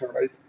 right